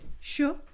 Sure